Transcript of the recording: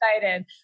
excited